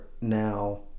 now